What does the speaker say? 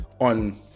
on